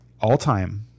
All-time